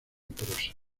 prosa